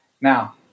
Now